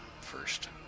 first